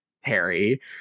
Harry